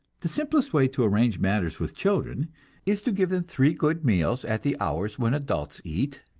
the simplest way to arrange matters with children is to give them three good meals at the hours when adults eat,